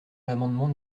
l’amendement